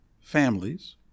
families